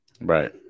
Right